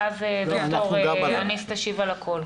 ואז ד"ר אניס תשיב על הכול.